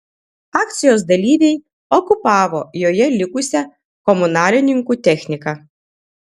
akcijos dalyviai okupavo joje likusią komunalininkų techniką